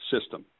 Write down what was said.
system